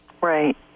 Right